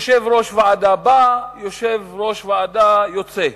יושב-ראש ועדה בא, יושב-ראש ועדה יוצא.